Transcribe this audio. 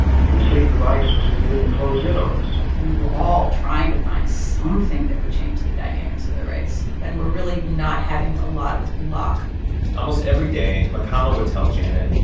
you can see the vise was beginning to close in on us we were all trying to find something that would change the dynamics of the race. and we're really not having a lot of luck almost every day, mcconnell would tell janet,